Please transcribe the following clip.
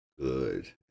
good